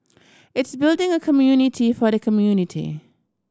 it's building a community for the community